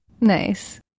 Nice